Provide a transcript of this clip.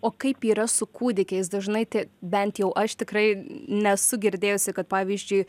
o kaip yra su kūdikiais dažnai bent jau aš tikrai nesu girdėjusi kad pavyzdžiui